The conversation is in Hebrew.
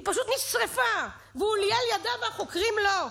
היא פשוט נשרפה, ואוליאל ידע והחוקרים לא.